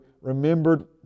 remembered